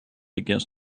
against